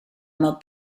mor